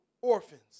orphans